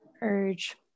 urge